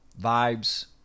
Vibes